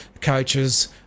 coaches